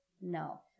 No